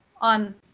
on